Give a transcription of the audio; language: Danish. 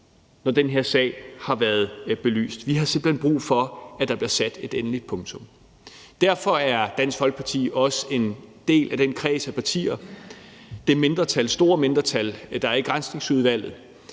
når den her sag har været belyst. Vi har simpelt hen brug for, at der bliver sat et endeligt punktum. Derfor er Dansk Folkeparti også en del af den kreds af partier, det store mindretal, i Granskningsudvalget,